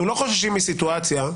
אנחנו לא חוששים מסיטואציה,